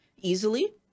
easily